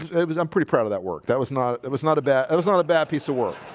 it it was i'm pretty proud of that work that was not it was not a bad it was not a bad piece of work